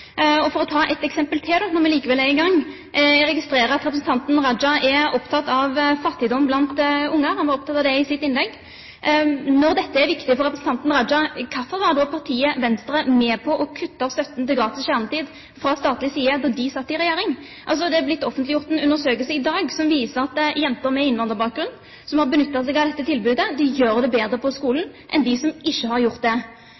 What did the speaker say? Og for å ta et eksempel til, når vi likevel er i gang: Jeg registrerer at representanten Raja er opptatt av fattigdom blant unger, han var opptatt av det i sitt innlegg. Når dette er viktig for representanten Raja, hvorfor var da partiet Venstre med på å kutte støtten til gratis kjernetid fra statlig side da de satt i regjering? Det er blitt offentliggjort en undersøkelse i dag som viser at jenter med innvandrerbakgrunn som har benyttet seg av dette tilbudet, gjør det bedre på skolen enn de som ikke har benyttet seg av det.